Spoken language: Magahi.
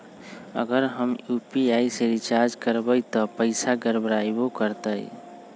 अगर हम यू.पी.आई से रिचार्ज करबै त पैसा गड़बड़ाई वो करतई?